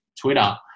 Twitter